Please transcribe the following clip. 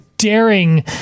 Daring